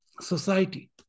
society